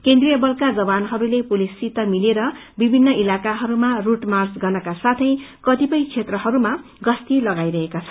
केन्द्रीय बलका जवानहरूले पुलिससित मिलेर विभिन्न इलाकाहरूमा रूट र्माच गर्नका साथै कतिपय क्षेत्रहरूमा गश्ती लगाइरहेका छन्